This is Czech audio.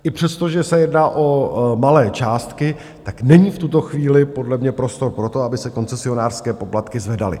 I přesto, že se jedná o malé částky, tak není v tuto chvíli podle mě prostor pro to, aby se koncesionářské poplatky zvedaly.